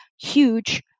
huge